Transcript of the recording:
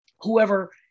Whoever